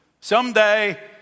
Someday